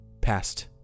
past